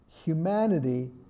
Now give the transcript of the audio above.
humanity